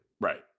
right